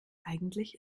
eigentlich